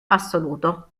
assoluto